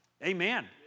Amen